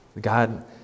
god